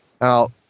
Now